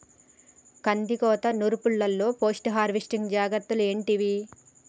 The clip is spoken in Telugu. కందికోత నుర్పిల్లలో పోస్ట్ హార్వెస్టింగ్ జాగ్రత్తలు ఏంటివి?